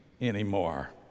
anymore